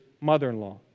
mother-in-law